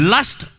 Lust